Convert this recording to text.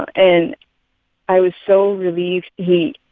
and i was so relieved he,